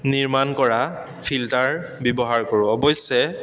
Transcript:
নিৰ্মাণ কৰা ফিল্টাৰ ব্যৱহাৰ কৰোঁ অৱশ্যে